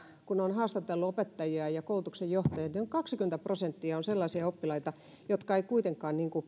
kun on haastateltu opettajia ja koulutuksen johtajia noin kaksikymmentä prosenttia on sellaisia oppilaita jotka eivät kuitenkaan pysy kelkassa